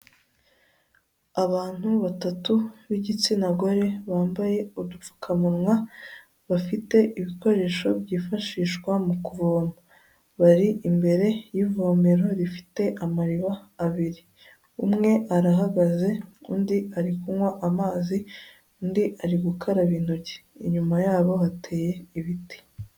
Abantu batatu b'igitsina gore, bambaye udupfukamunwa, bafite ibikoresho byifashishwa mu kuvoma. Bari imbere y'ivomero rifite amariba abiri. Umwe arahagaze, undi ari kunywa amazi, undi ari gukaraba intoki. Inyuma yabo hateye ibiti.